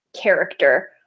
character